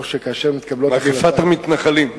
או שכאשר מתקבלות החלטות, מגפת המתנחלים.